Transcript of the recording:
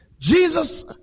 Jesus